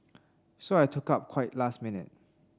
so I took up quite last minute